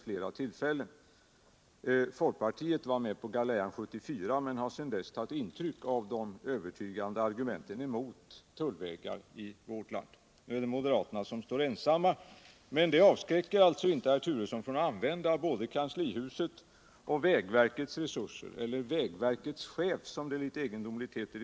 Folkpartiet var med på galejan år 1974 men har sedan dess tagit intryck av de övertygande argumenten emot tullvägar i vårt land. Nu står moderaterna ensamma, men det avskräcker alltså inte herr Turesson från att använda både kanslihusets och vägverkets resurser för att utreda ett förslag som totalt saknar parlamentarisk förankring.